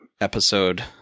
episode